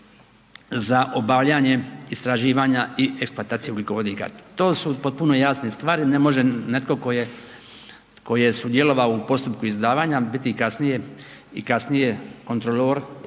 za obavljanje istraživanja i eksploatacije ugljikovodika. To su potpuno jasne stvari. Ne može netko tko je sudjelovao u postupku izdavanja biti kasnije i kontrolor,